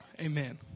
Amen